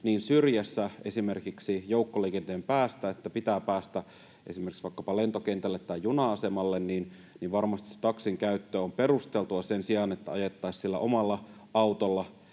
niin syrjässä esimerkiksi joukkoliikenteen päästä, että kun pitää päästä esimerkiksi vaikkapa lentokentälle tai juna-asemalle, niin varmasti se taksin käyttö on perusteltua sen sijaan, että ajettaisiin omalla autolla